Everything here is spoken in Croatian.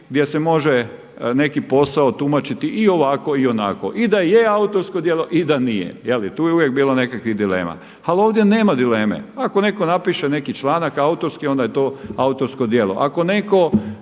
gdje se može neki posao tumačiti i ovako i onako. I da je autorsko djelo i da nije, je li, i tu je uvijek bilo nekakvih dilema ali ovdje nema dileme. Ako netko napiše neki članak autorski onda je to autorsko djelo. Ako netko